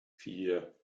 vier